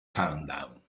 countdown